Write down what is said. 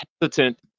hesitant